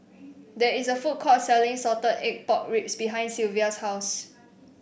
there is a food court selling Salted Egg Pork Ribs behind Sylvia's house